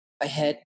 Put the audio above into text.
ahead